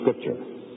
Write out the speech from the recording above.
scripture